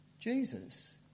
Jesus